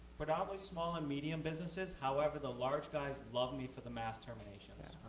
but um ah small and medium businesses however, the large guys love me for the mass terminations.